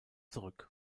zurück